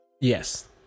Yes